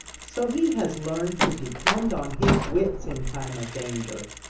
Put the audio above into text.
so he has learned to depend on his wits in time of danger.